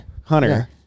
Hunter